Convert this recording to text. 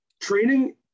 Training